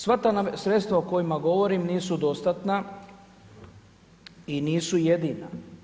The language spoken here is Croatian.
Sva ta sredstva o kojima govorim nisu dostatna i nisu jedina.